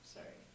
Sorry